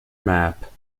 map